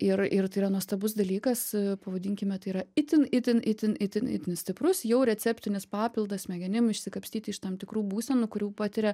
ir ir tai yra nuostabus dalykas pavadinkime tai yra itin itin itin itin itin stiprus jau receptinis papildas smegenim išsikapstyti iš tam tikrų būsenų kurių patiria